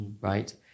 right